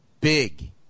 big